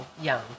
young